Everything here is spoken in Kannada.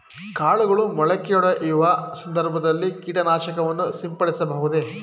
ಕಾಳುಗಳು ಮೊಳಕೆಯೊಡೆಯುವ ಸಂದರ್ಭದಲ್ಲಿ ಕೀಟನಾಶಕವನ್ನು ಸಿಂಪಡಿಸಬಹುದೇ?